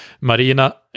Marina